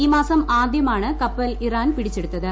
ഈമാസം ആദ്യമാണ് കപ്പൽ ഇറാൻ പിടിച്ചെടുത്തത്